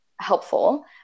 helpful